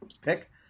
pick